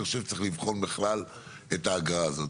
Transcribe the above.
אני חושב שצריך לבחון בכלל את האגרה הזאת.